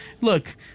Look